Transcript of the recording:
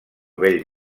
bell